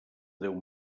déu